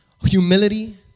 Humility